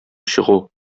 чыгу